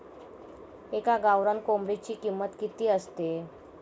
एका गावरान कोंबडीची किंमत किती असते?